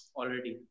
already